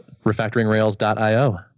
Refactoringrails.io